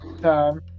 time